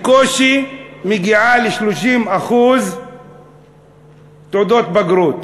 בקושי מגיעה ל-30% תעודות בגרות,